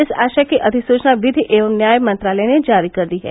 इस आशय की अधिसूचना विधि और न्याय मंत्रालय ने जारी कर दी है